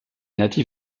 natif